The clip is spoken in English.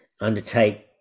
undertake